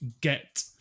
get